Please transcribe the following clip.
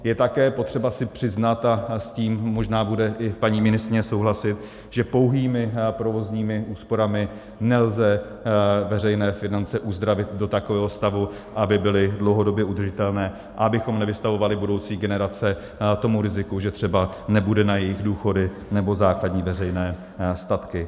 Je také potřeba si přiznat, a s tím možná bude i paní ministryně souhlasit, že pouhými provozními úsporami nelze veřejné finance uzdravit do takového stavu, aby byly dlouhodobě udržitelné a abychom nevystavovali budoucí generace tomu riziku, že třeba nebude na jejich důchody nebo základní veřejné statky.